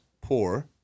poor